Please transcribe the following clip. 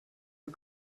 der